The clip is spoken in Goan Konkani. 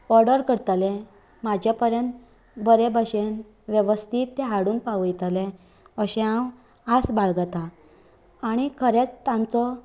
ऑर्डर करतले म्हाजे पर्यंत बरें बशेन वेवस्थित ते हाडून पावयतले अशे हांव आस बाळगतां आनी खरेंच तांचो